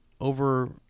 over